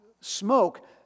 smoke